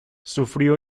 sufrió